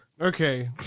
Okay